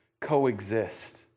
coexist